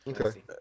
Okay